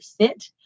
sit